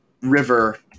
river